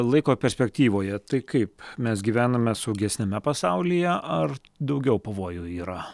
laiko perspektyvoje tai kaip mes gyvename saugesniame pasaulyje ar daugiau pavojų yra